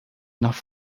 nach